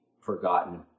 forgotten